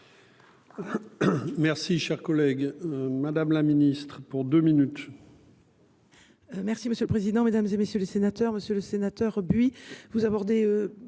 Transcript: Merci cher collègue. Madame la Ministre pour 2 minutes.